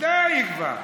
די כבר.